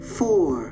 four